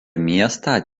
miestą